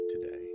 today